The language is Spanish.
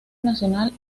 nacional